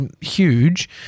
huge